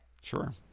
Sure